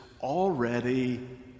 already